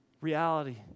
Reality